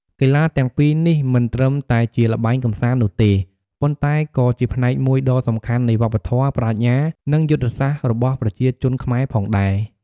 កីឡាទាំងពីរនេះមិនត្រឹមតែជាល្បែងកម្សាន្តនោះទេ ប៉ុន្តែក៏ជាផ្នែកមួយដ៏សំខាន់នៃវប្បធម៌ ប្រាជ្ញា និងយុទ្ធសាស្ត្ររបស់ប្រជាជនខ្មែរផងដែរ។